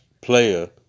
player